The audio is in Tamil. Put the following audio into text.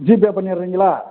ஜிபே பண்ணிடுறீங்களா